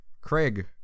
Craig